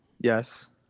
Yes